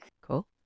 Cool